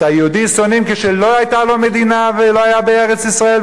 את היהודים שנאו כשלא היתה להם מדינה ולא היו בארץ-ישראל,